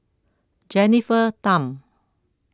Jennifer Tham